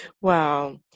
Wow